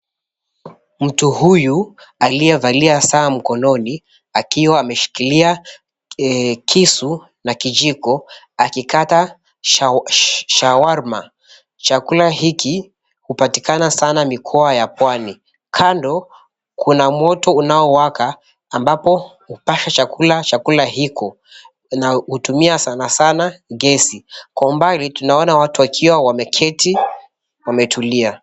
Mtu huyu aliyevalia saa mkononi akiwa ameshikilia kisu na kijiko akikata shawarma. Chakula hiki hupatikana sana mikoa ya pwani. Kando, kuna moto unaowaka ambapo hupasha chakula, chakula hiko na hutumia sana sana gesi. Kwa umbali tunaona watu 𝑤𝑎𝑘𝑖𝑤𝑎 wameketi wametulia.